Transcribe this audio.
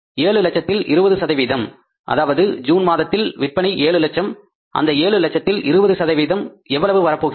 ஏழு லட்சத்தில் 20 அதாவது ஜூன் மாதத்தில் விற்பனை ஏழு லட்சம் அந்த 7 லட்சத்தில் 20 எவ்வளவு வரப்போகின்றது